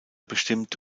bestimmt